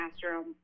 classroom